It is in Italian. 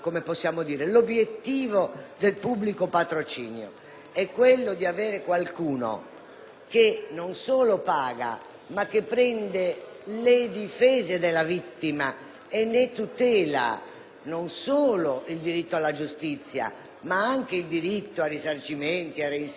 che non solo paga, ma prende le difese della vittima e ne tutela il diritto non solo alla giustizia, ma anche a risarcimenti, al reinserimento, all'aiuto ad uscire dalla situazione in cui si è venuta a trovare